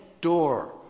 door